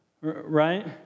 right